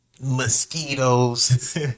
mosquitoes